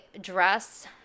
dress